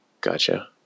gotcha